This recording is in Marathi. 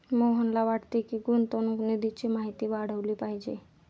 मोहनला वाटते की, गुंतवणूक निधीची माहिती वाढवली पाहिजे